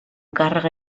càrrega